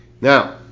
now